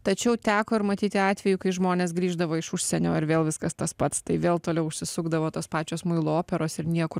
tačiau teko ir matyti atvejų kai žmonės grįždavo iš užsienio ir vėl viskas tas pats tai vėl toliau užsisukdavo tos pačios muilo operos ir niekur